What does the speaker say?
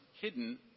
hidden